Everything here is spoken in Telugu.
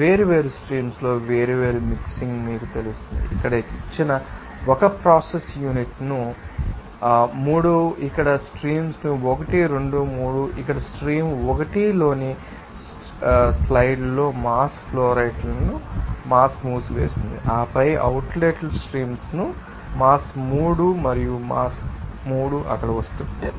వేర్వేరు స్ట్రీమ్లలో వేర్వేరు మిక్సింగ్ మీకు తెలుస్తుంది ఇక్కడ ఇచ్చిన 1 ప్రాసెస్ యూనిట్ను చూద్దాం అవి 3 మీకు ఇక్కడ స్ట్రీమ్స్ ు 1 2 3 ఇక్కడ స్ట్రీమ్ 1 లోని స్లైడ్లలో మాస్ ఫ్లోరేట్లో మాస్ వస్తోంది ఆపై అవుట్లెట్ స్ట్రీమ్స్ మాస్ 3 మరియు మాస్ 3 అక్కడ వస్తున్నాయి